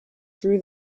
drew